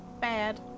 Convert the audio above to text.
Bad